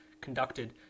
conducted